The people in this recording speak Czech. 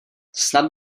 snad